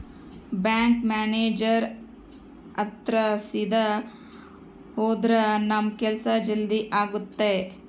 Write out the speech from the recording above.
bank manager ಹತ್ರ ಸೀದಾ ಹೋದ್ರ ನಮ್ ಕೆಲ್ಸ ಜಲ್ದಿ ಆಗುತ್ತೆ